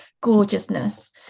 gorgeousness